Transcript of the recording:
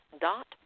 dot